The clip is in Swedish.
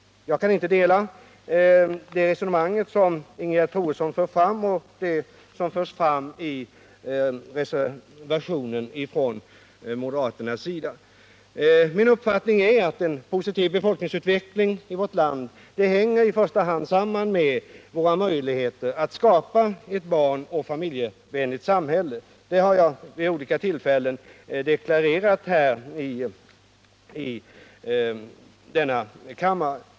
Jag kan inte dela de uppfattningar som Ingegerd Troedsson för fram och de som förs fram i moderaternas reservation. Min uppfattning är att en positiv befokningsutveckling i vårt land i första hand sammanhänger med våra möjligheter att skapa ett barnoch familjevänligt samhälle. Det har jag vid olika tillfällen deklarerat i denna kammare.